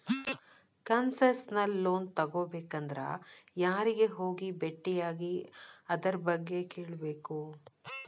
Concessional loan ತಗೊಬೇಕಂದ್ರ ಯಾರಿಗೆ ಹೋಗಿ ಬೆಟ್ಟಿಯಾಗಿ ಅದರ್ಬಗ್ಗೆ ಕೇಳ್ಬೇಕು?